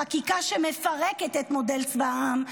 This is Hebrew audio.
חקיקה שמפרקת את מודל צבא העם,